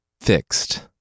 fixed